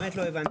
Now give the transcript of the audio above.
באמת לא הבנתי.